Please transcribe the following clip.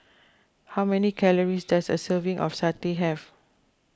how many calories does a serving of Satay have